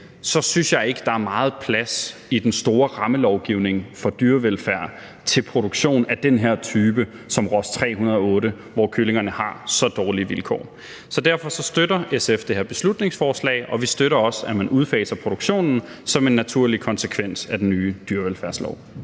synes jeg ikke, der i den store rammelovgivning for dyrevelfærd er meget plads til produktion af en type som Ross 308, hvor kyllingerne har så dårlige vilkår. Derfor støtter SF det her beslutningsforslag, og vi støtter også, at man udfaser produktionen som en naturlig konsekvens af den nye dyrevelfærdslov.